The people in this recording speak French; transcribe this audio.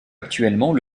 actuellement